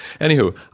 Anywho